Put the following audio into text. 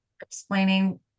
explaining